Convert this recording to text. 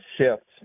shifts